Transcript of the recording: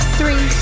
Three